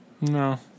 No